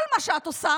כל מה שאת עושה